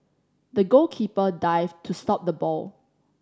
the goalkeeper dived to stop the ball